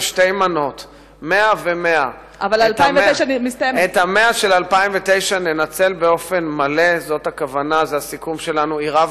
אין דמים משולמים על-ידי הכנסת אבל בהחלט זה דבר שהוא לרגל